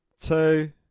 two